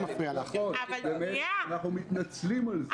אנחנו מתנצלים על זה.